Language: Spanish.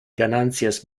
ganancias